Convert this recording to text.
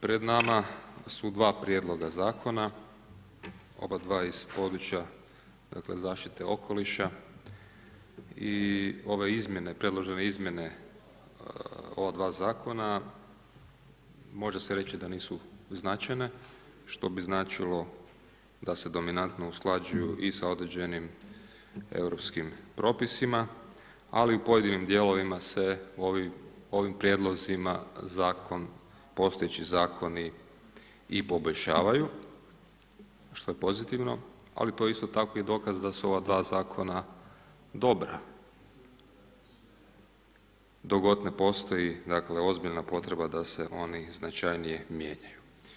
Pred nama su dva prijedloga zakona, oba dva iz područja zaštite okoliša i ove predložene izmjene ova dva zakona može se reći da nisu značajne što bi značilo da se dominantno usklađuju i sa određenim europskim propisima ali u pojedinim dijelovima se onim prijedlozima, zakon, postojeći zakoni i poboljšavaju što je pozitivno ali to isto tako i dokaz da su ova dva zakona dobra dok god ne postoji ozbiljna potreba da se oni značajnije mijenjaju.